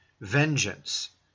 vengeance